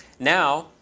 now,